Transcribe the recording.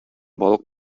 балык